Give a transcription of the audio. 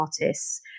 artists